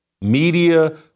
media